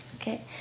Okay